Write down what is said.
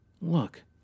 Look